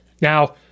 Now